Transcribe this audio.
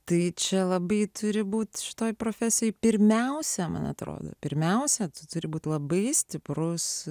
tai čia labai turi būt šitoj profesijoj pirmiausia man atrodo pirmiausia turi būt labai stiprus